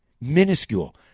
minuscule